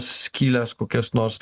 skyles kokias nors